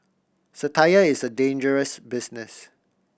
satire is a dangerous business